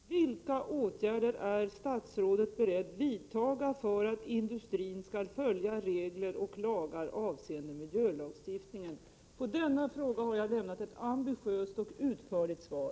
Herr talman! Sten Anderssons fråga lyder ordagrant: Vilka åtgärder är statsrådet beredd vidtaga för att industrin skall följa regler och lagar avseende miljölagstiftningen? På denna fråga har jag lämnat ett ambitiöst och utförligt svar.